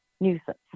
nuisance